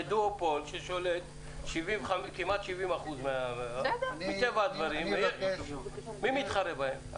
זה דואופול ששולט כמעט 70%. מי מתחרה בהם?